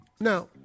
Now